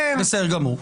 בסדר גמור.